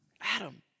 Adam